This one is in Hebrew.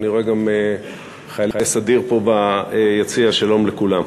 אני רואה גם חיילי סדיר פה ביציע, שלום לכולם.